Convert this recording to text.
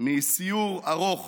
מסיור ארוך